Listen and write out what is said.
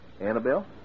Annabelle